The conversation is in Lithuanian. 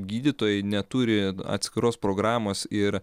gydytojai neturi atskiros programos ir